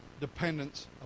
dependence